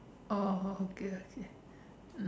oh oh okay okay